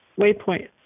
waypoint